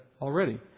already